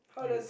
you